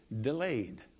delayed